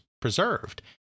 preserved